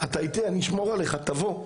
אני אשמור עליך, תבוא.